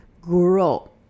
grow